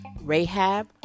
Rahab